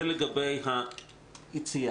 זה לגבי היציאה.